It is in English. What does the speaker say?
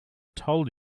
told